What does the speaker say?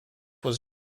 was